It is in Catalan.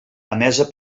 emesa